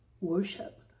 worship